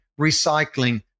recycling